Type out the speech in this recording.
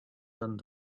and